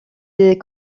des